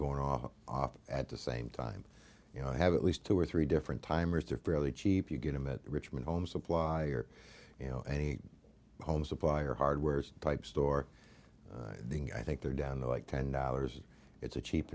going off off at the same time you know i have at least two or three different timers they're fairly cheap you get them at richmond home supply or you know any home supplier hardware's type store i think they're down like ten dollars it's a cheap